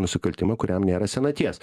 nusikaltimą kuriam nėra senaties